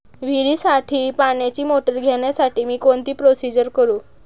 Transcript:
विहिरीसाठी पाण्याची मोटर घेण्यासाठी मी कोणती प्रोसिजर करु?